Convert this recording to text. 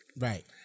Right